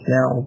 now